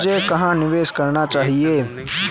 मुझे कहां निवेश करना चाहिए?